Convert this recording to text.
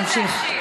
תמשיך.